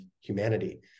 humanity